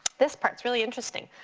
this part's really interesting.